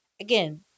again